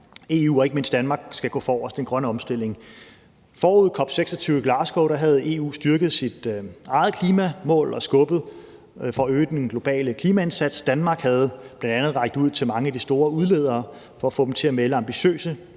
EU og ikke mindst Danmark skal gå forrest, nemlig i forhold til den grønne omstilling. Forud for COP26 i Glasgow havde EU styrket sit eget klimamål og skubbet på for at øge den globale klimaindsats. Danmark havde bl.a. rakt ud til mange af de store udledere for at få dem til at melde ambitiøse